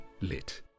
Lit